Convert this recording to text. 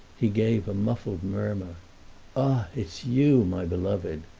he gave a muffled murmur ah, it's you, my beloved!